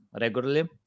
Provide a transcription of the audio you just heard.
regularly